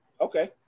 Okay